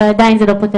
אבל עדיין זה לא פותר,